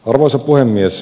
arvoisa puhemies